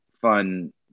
fun